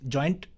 Joint